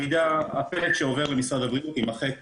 המידע, הפלט שעובר למשרד הבריאות יימחק